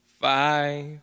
Five